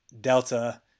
delta